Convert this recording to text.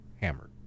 hammered